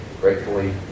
Gratefully